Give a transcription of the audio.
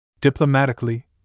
Diplomatically